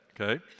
okay